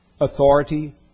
authority